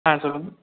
ஆ சொல்லுங்கள்